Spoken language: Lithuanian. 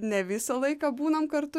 ne visą laiką būnam kartu